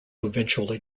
eventually